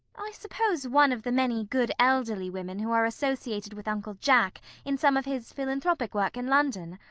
i suppose one of the many good elderly women who are associated with uncle jack in some of his philanthropic work in london.